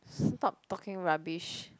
stop talking rubbish